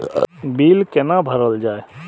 Bill कैना भरल जाय?